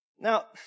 Now